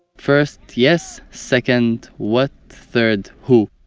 first, yes? second, what? third, who?